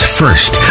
first